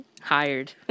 hired